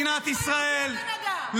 אני אומר לכם שהיא תקום למען מדינת ישראל,